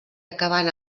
acabant